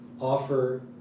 offer